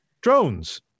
drones